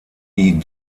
die